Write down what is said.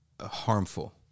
harmful